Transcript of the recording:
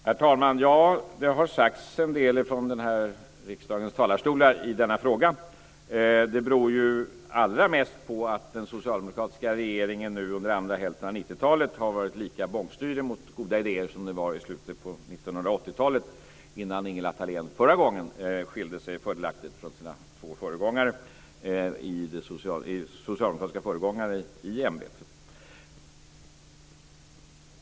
Herr talman! Det har sagts en del från riksdagens talarstol i denna fråga. Det beror ju allra mest på att den socialdemokratiska regeringen under andra hälften av 90-talet har varit lika bångstyrig mot goda idéer som den var i slutet av 80-talet innan Ingela Thalén förra gången skilde sig fördelaktigt från sina två socialdemokratiska föregångare i ämbetet.